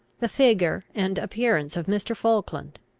the figure and appearance of mr. falkland,